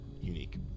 unique